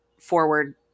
forward